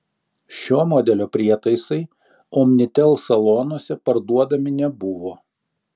šio modelio prietaisai omnitel salonuose parduodami nebuvo